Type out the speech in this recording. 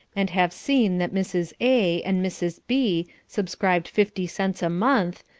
and have seen that mrs. a. and mrs. b. subscribed fifty cents a month,